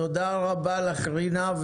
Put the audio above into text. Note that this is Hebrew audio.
תודה רבה לך, רינה.